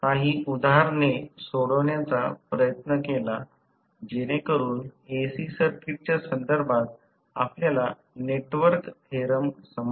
काही उदाहरणे सोडवण्याचा प्रयत्न केला जेणेकरून AC सर्किट्सच्या संदर्भात आपल्याला नेटवर्क थेरम समजले